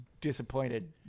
disappointed